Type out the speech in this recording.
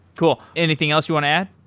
cool. anything else you want to add?